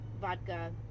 vodka